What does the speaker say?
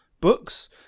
books